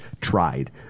tried